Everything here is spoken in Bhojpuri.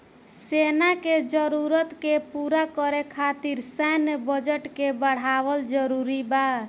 सेना के जरूरत के पूरा करे खातिर सैन्य बजट के बढ़ावल जरूरी बा